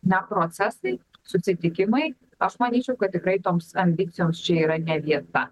na procesai susitikimai aš manyčiau kad tikrai toms ambicijoms čia yra ne vieta